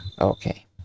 Okay